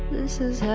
this is. uh